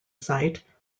site